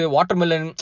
Watermelon